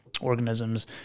organisms